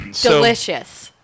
Delicious